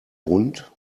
bunt